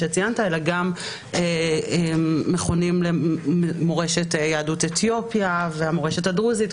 שציינת אלא גם מכונים למורשת יהדות אתיופיה והמורשת הדרוזית,